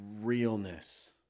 realness